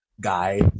guy